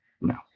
No